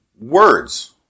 words